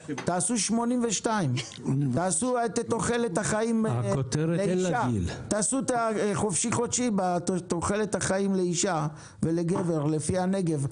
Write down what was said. תעשו 82. תעשו חודשי-חופשי בתוחלת החיים לאישה ולגבר לפי הנגב.